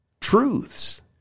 truths